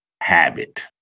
habit